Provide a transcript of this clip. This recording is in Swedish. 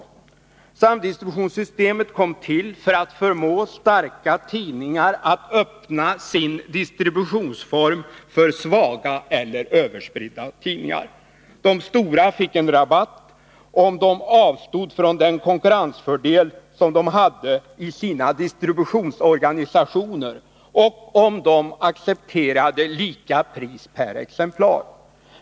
Nr 118 Samdistributionssystemet kom till för att förmå starka tidningar att öppna sin Onsdagen den distributionsform för svaga eller överspridda tidningar. De stora fick en 14 april 1982 rabatt om de avstod från den konkurrensfördel som de hade i sina distributionsorganisationer och om de accepterade lika pris per exemplar.